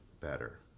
better